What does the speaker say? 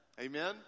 Amen